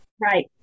Right